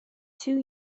two